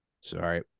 Sorry